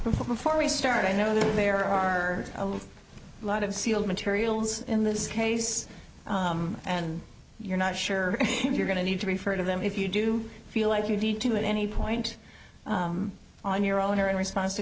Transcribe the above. actually before we started know that there are a lot of sealed materials in this case and you're not sure if you're going to need to refer to them if you do feel like you need to make any point on your own or in response to